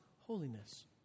holiness